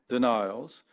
denials,